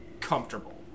comfortable